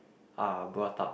are brought up